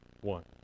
one